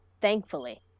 thankfully